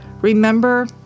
Remember